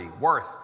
Worth